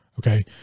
Okay